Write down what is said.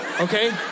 Okay